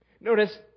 Notice